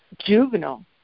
juvenile